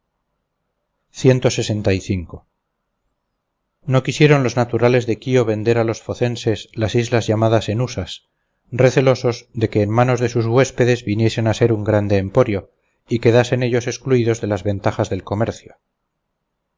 no quisieron los naturales de quío vender a los focenses las islas llamadas enusas recelosos de que en manos de sus huéspedes viniesen a ser un grande emporio y quedasen ellos excluidos de las ventajas del comercio